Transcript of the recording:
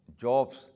jobs